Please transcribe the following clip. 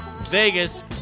Vegas